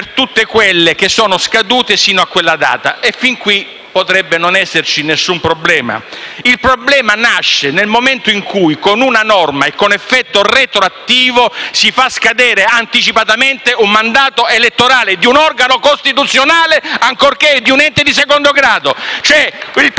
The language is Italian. per tutte quelle che sono scadute fino a quella data. E fin qui potrebbe non esserci alcun problema. Il problema nasce nel momento in cui con una norma e con effetto retroattivo si fa scadere anticipatamente il mandato elettorale di un organo costituzionale, ancorché di un ente di secondo grado.